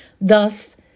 Thus